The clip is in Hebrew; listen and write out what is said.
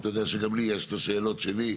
ואתה יודע שגם לי יש את השאלות שלי.